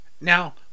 now